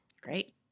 Great